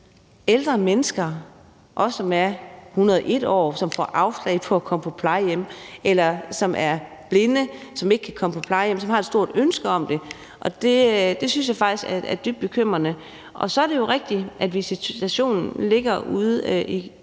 ældre mennesker, også som er 101 år, som får afslag på at komme på plejehjem, eller som er blinde, og som ikke kan komme på plejehjem, men som har et stort ønske om det, og det synes jeg faktisk er dybt bekymrende. Så er det rigtigt, at visitationen ligger ude i kommunerne,